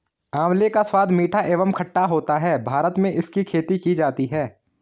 आंवले का स्वाद मीठा एवं खट्टा होता है भारत में इसकी खेती की जाती है